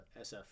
SF